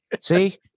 See